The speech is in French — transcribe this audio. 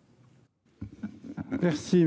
l’avis du